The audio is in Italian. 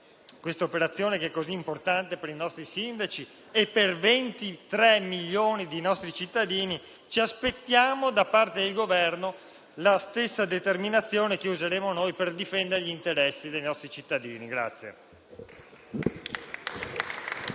l'operazione, che è così importante per i nostri sindaci e per 23 milioni di nostri cittadini. Ci aspettiamo da parte del Governo la stessa determinazione che avremo noi nel difendere gli interessi dei nostri cittadini.